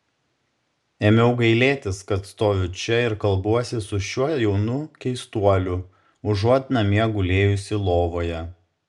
ėmiau gailėtis kad stoviu čia ir kalbuosi su šiuo jaunu keistuoliu užuot namie gulėjusi lovoje